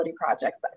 projects